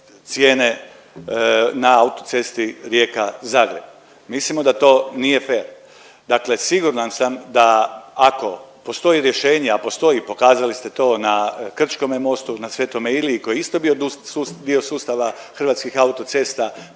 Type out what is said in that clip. na auto cesti Rijeka-Zagreb. Mislimo da to nije fer. Dakle siguran sam da ako postoji rješenje, a postoji pokazali ste to na Krčkome mostu, na Sv. Iliji koji je isto bio dio sustava Hrvatskih auto cesta